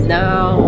now